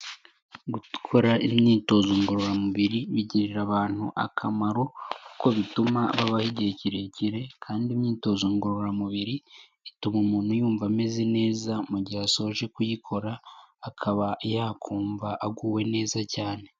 Gukora imyitozo ngororamubiri bigirira abantu akamaro, kuko bituma babaho igihe kirekire, kandi imyitozo ngororamubiri ituma umuntu yumva ameze neza mugihe asoje kuyikora, akaba yakumva aguwe neza cyane.